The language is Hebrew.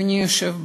אדוני היושב בראש,